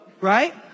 right